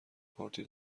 پارتی